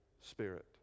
Spirit